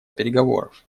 переговоров